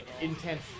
intense